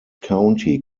county